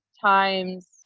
times